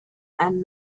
and